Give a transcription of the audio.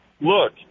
look